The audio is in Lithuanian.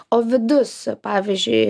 o vidus pavyzdžiui